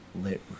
lit